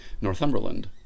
Northumberland